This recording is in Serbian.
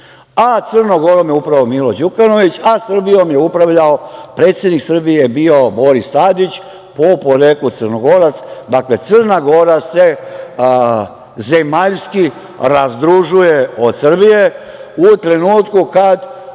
Crnom Gorom je upravljao Milo Đukanović a Srbijom je upravljao, predsednik Srbije je bio Boris Tadić, po poreklu Crnogorac. Dakle, Crna Gora se zemaljski razdružuje od Srbije u trenutku kad